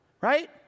right